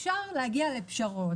אפשר להגיע לפשרות,